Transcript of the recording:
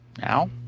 Now